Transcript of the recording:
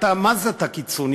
מה זה אתה קיצוני,